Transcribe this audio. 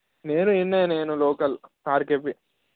నేను ఇక్కడనే నేను లోకల్ ఆర్కేపీ